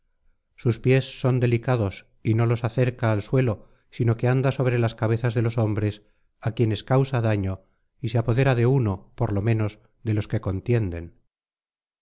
sus pies son delicados y no los acerca al suelo sino que anda sobre las cabezas de los hombres á quienes causa daño y se apodera de uno por lo menos de los que contienden